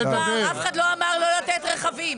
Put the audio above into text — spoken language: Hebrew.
אף אחד לא אמר לא לתת רכבים.